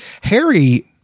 harry